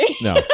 no